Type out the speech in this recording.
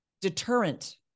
deterrent